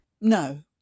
No